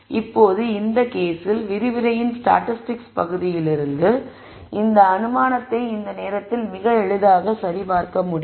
இப்போது இந்த விஷயத்தில் விரிவுரையின் ஸ்டாட்டிஸ்டிக்ஸ் பகுதியிலிருந்து இந்த அனுமானத்தை இந்த நேரத்தில் மிக எளிதாக சரிபார்க்க முடியும்